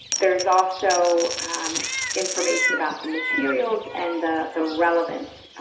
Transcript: there's also information about the materials and the the relevance